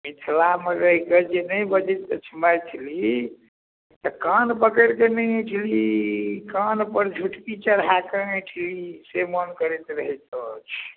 मिथिलामे रहि कऽ जे नहि बजैत अछि मैथिली तऽ कान पकड़ि कऽ नरैठ ली कान पर झुटकी चढ़िकऽ ऐठ ली से मन करैत रहैत अछि